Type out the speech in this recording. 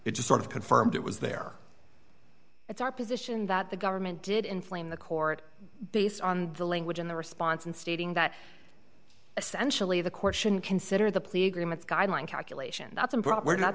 it just sort of confirmed it was there it's our position that the government did inflame the court based on the language in the response and stating that essentially the court should consider the plea agreements guideline calculation